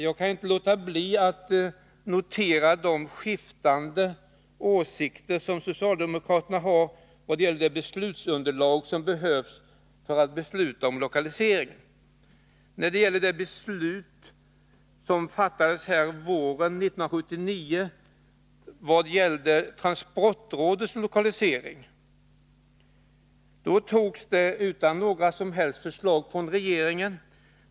Jag kaninte låta bli att notera de skiftande åsikter som socialdemokraterna har om det beslutsunderlag som behövs för att besluta om lokalisering. Det beslut som fattades våren 1979 om transportrådets lokalisering togs utan några som helst förslag från regeringen.